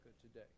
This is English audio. today